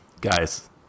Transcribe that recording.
guys